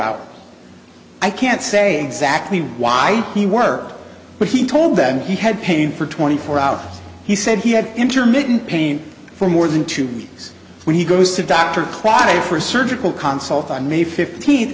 hours i can't say exactly why he worked but he told them he had pain for twenty four hours he said he had intermittent pain for more than two days when he goes to dr crotty for a surgical consulate on may fifteenth